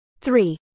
Three